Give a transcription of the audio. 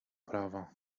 prawa